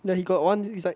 ya he got one it's like